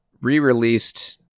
re-released